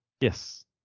Yes